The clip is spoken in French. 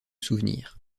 souvenir